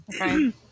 Okay